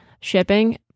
shipping